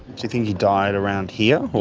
do you think he died around here?